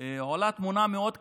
עולה תמונה מאוד קשה.